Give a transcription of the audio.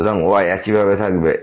সুতরাং y একই ভাবে থাকবে